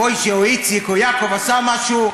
אם מוישה או איציק או יעקב עשה משהו,